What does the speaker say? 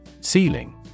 Ceiling